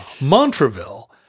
Montreville